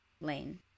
lane